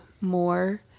more